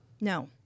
no